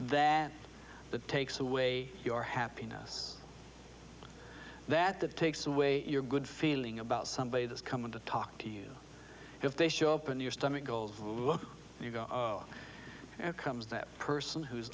s that takes away your happiness that that takes away your good feeling about somebody that's coming to talk to you if they show up in your stomach you go and comes that person who's